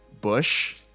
Bush